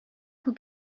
who